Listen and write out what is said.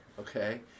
okay